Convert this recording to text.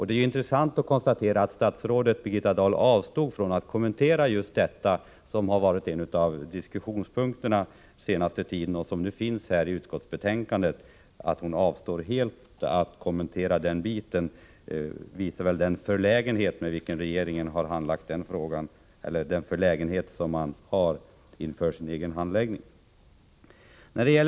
Det är intressant att konstatera att statsrådet Birgitta Dahl avstod från att kommentera just detta, som har varit en av diskussionspunkterna under den senaste tiden och som också har tagits upp i utskottsbetänkandet. Det förhållandet att hon helt avstår från att kommentera den delen, visar den förlägenhet som regeringen känner inför sin egen handläggning av frågan!